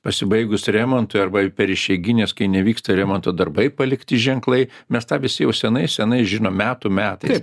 pasibaigus remontui arba per išeigines kai nevyksta remonto darbai palikti ženklai mes tą visi jau senai senai žinom metų metais